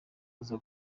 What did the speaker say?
aza